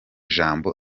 jambo